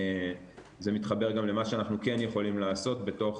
זה מתחבר גם למה שאנחנו כן יכולים לעשות בתוך